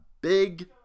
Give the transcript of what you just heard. big